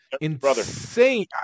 Insane